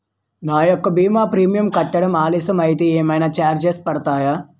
నా యెక్క భీమా ప్రీమియం కట్టడం ఆలస్యం అయితే ఏమైనా చార్జెస్ పడతాయా?